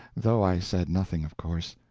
though i said nothing, of course.